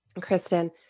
Kristen